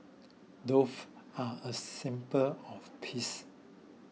dove are a symbol of peace